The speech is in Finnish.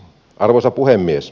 arvoisa puhemies